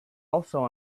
also